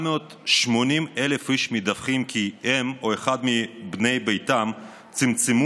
כ-780,000 איש מדווחים כי הם או אחד מבני ביתם צמצמו